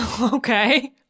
Okay